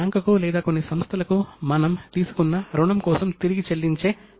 మీలో చాలా మంది కౌటిల్య అర్ధశాస్త్రం గురించి విని ఉంటారు